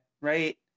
right